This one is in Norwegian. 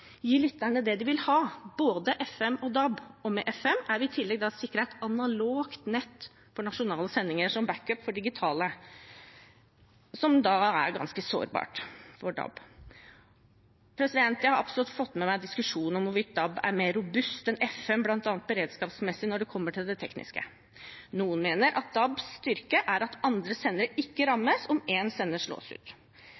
gi lytterne det de vil ha: både FM og DAB. Med FM er vi i tillegg sikret et analogt nett for nasjonale sendinger, som backup for digitale DAB-sendinger, som er ganske sårbare. Jeg har absolutt fått med meg diskusjonen om hvorvidt DAB er mer robust enn FM, bl.a. beredskapsmessig, når det kommer til det tekniske. Noen mener at DABs styrke er at andre sendere ikke